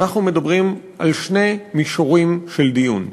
אנחנו מדברים על שני מישורים של דיון.